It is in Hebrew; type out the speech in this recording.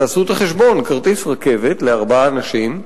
תעשו את החשבון: כרטיס רכבת לארבעה אנשים,